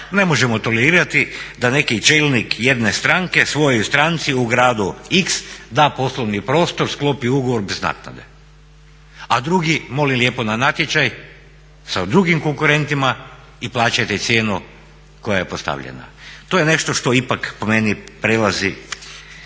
Ne možemo tolerirati da neki čelnik jedne stranke svojoj stranci u gradu x da poslovni prostor, sklopi ugovor bez naknade a drugi moli lijepo na natječaj sa drugim konkurentima i plaćajte cijenu koja je postavljena. To je nešto što ipak po meni prelazi